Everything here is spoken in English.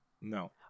No